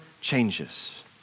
changes